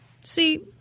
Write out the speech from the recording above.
See